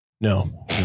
No